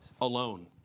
alone